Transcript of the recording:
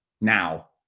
Now